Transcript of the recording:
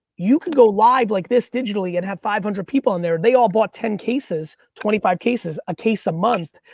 you could go live like this digitally and have five hundred people in there, they all bought ten cases, twenty five cases, a case a month,